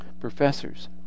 Professors